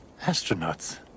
astronauts